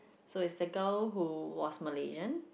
so it's the girl who was Malaysian